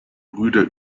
brüder